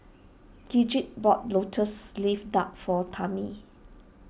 Gidget bought Lotus Leaf Duck for Tammi